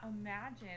imagine